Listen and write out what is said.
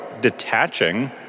detaching